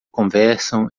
conversam